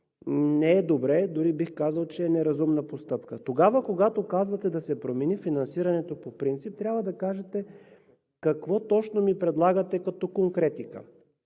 не е добре, дори бих казал, че е неразумна постъпка. Когато казвате да се промени финансирането по принцип, трябва да кажете какво точно ми предлагате като конкретика.